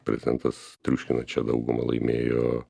prezidentas triuškinančia dauguma laimėjo